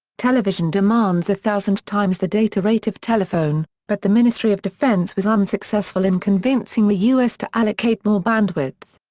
television demands a thousand times the data rate of telephone, but the ministry of defence was unsuccessful in convincing the us to allocate more bandwidth.